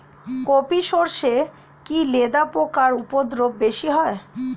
কোপ ই সরষে কি লেদা পোকার উপদ্রব বেশি হয়?